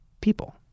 people